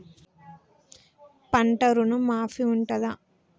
పంట ఋణం మాఫీ ఉంటదా?